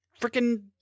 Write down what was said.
freaking